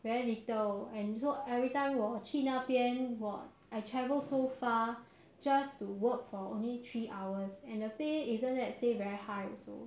very little and so everytime 我去那边 !wah! I travel so far just to work for only three hours and the pay isn't that say very high also